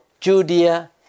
Judea